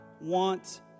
want